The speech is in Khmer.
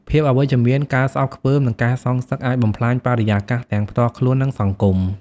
ភាពអវិជ្ជមាន ការស្អប់ខ្ពើម និងការសងសឹក អាចបំផ្លាញបរិយាកាសទាំងផ្ទាល់ខ្លួន និងសង្គម។